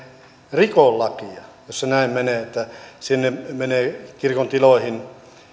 riko lakia jos se näin menee että sinne menee kirkon tiloihin